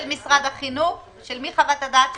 של מי חוות הדעת שחסרה?